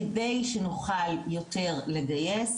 כדי שנוכל יותר לגייס.